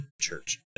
church